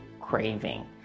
craving